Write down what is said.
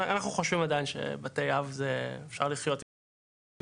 אנחנו חושבים עדיין שבתי אב אפשר לחיות עם זה.